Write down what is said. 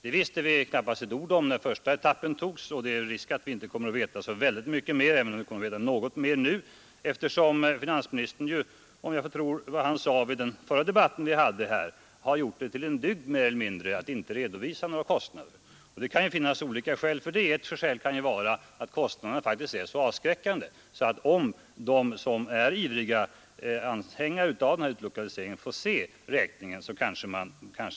Det visste vi ingenting alls om när den första etappen beslutades, och det är risk för att vi inte kommer att veta så särskilt mycket mer nu heller eftersom finansminis tern tycks ha gjort det till en dygd att inte redovisa några kostnader. Anledningarna till det kan ju t.ex. vara att kostnaderna faktiskt är så avskräckande att de som är ivriga anhängare av den här utlokaliseringen skulle hesitera om de fick se räkningen.